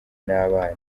n’abana